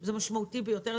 זה משמעותי ביותר,